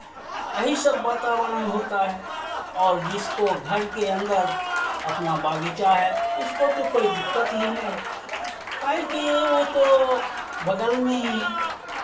यही सब वातावरण होता है और जिसको घर के अंदर अपना बगीचा है उसको तो कोई दिक्कत ही नहीं है काहे कि वो तो बगल में ही